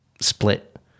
split